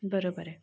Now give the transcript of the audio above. बरोबर आहे